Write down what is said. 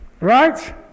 right